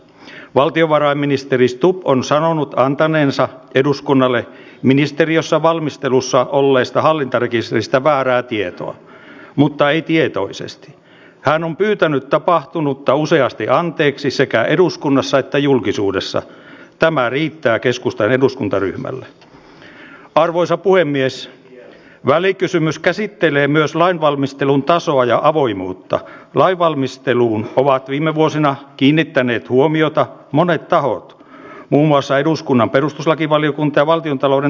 en tiedä tuliko meille kaikille läpi se viesti mutta olen kyllä itse asiassa aika lailla samaa mieltä hänen kanssaan siitä että juuri näitä hot spoteja pitäisi saada perustettua sinne välimeren ympärille ja siellä sitten katsottaisiin ketkä tulevat eurooppaan ja todellakin tarjotaan turvapaikka ennen kaikkea naisille ja lapsille niin kuin edustaja hakkarainen sanoikin